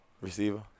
Receiver